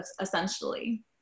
essentially